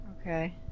Okay